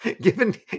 Given